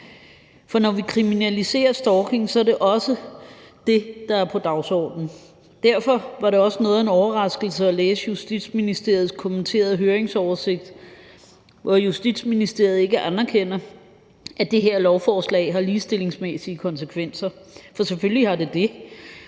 For når vi kriminaliserer stalking, er det også det, der er på dagsordenen. Derfor var det også noget af en overraskelse at læse Justitsministeriets kommenterede høringsoversigt, hvor Justitsministeriet ikke anerkender, at det her lovforslag har ligestillingsmæssige konsekvenser, for selvfølgelig har det det.